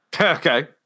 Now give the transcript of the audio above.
Okay